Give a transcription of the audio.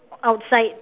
outside